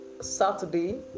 Saturday